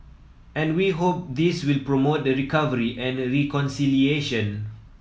and we hope this will promote the recovery and reconciliation